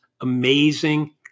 amazing